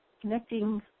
connecting